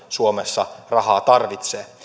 suomessa rahaa tarvitsee